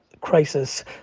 crisis